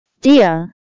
Dear